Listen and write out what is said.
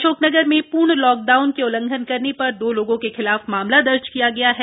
अशोकनगर में पूर्ण lockdown के उल्लंघन करने पर दो लोगों के खिलाफ मामला दर्ज किया गया है